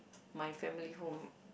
my family home